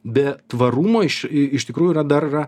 be tvarumo iš iš tikrųjų yra dar yra